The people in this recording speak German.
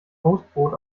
toastbrot